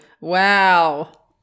Wow